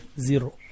Zero